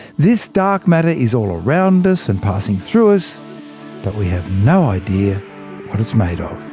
this dark matter is all around us, and passing through us but we have no idea what it's made of.